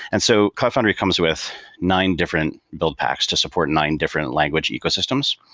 and so cloud foundry comes with nine different buildpacks to support nine different language ecosystems.